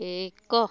ଏକ